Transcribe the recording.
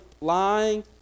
lying